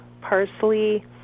parsley